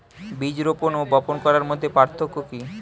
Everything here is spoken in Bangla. বীজ রোপন ও বপন করার মধ্যে পার্থক্য কি?